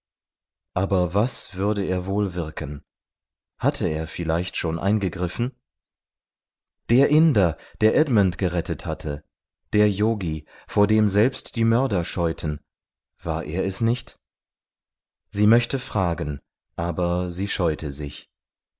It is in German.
aber was würde er wohl wirken hatte er vielleicht schon eingegriffen der inder der edmund gerettet hatte der yogi vor dem selbst die mörder scheuten war er es nicht sie möchte fragen aber sie scheute sich